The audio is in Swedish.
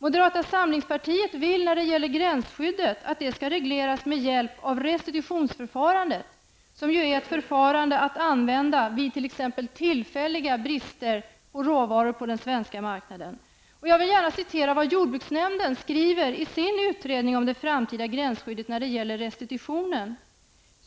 Vad gäller gränsskyddet vill moderata samlingspartiet införa en reglering med hjälp av restitutionsförfarande, som brukar användas vid tillfälliga brister av råvaror på den svenska marknaden. Jag vill gärna citera vad jordbruksnämnden skriver i sin utredning om det framtida gränsskyddet och restitution: